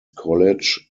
college